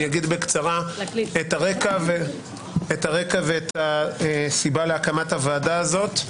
אני אגיד בקצרה את הרקע ואת הסיבה להקמת הוועדה הזאת,